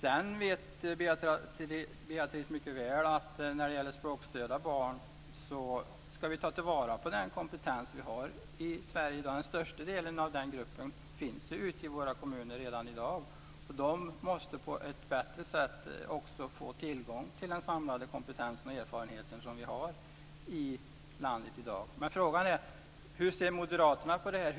Sedan vet Beatrice Ask mycket väl att vi ska ta vara på den kompetens vi har i Sverige i dag när det gäller språkstörda barn. Den största delen av den gruppen finns redan i dag ute i våra kommuner. De måste på ett bättre sätt få tillgång till den samlade kompetens och erfarenhet som finns i landet i dag. Men frågan är hur Moderaterna ser på detta.